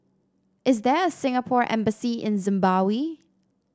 is there a Singapore Embassy in Zimbabwe